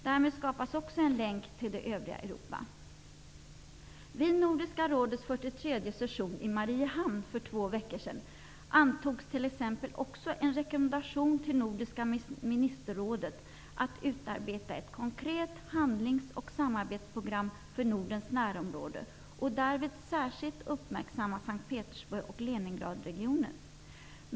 Därmed skapas också en länk till det övriga Vid Nordiska rådets 43:e session i Mariehamn för två veckor sedan, antogs t.ex. också en rekommendation till Nordiska ministerrådet om att utarbeta ett konkret handlings och samarbetsprogram för Nordens närområden, med särskild uppmärksamhet på S:t Petersburg och Leningradregionen.